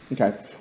Okay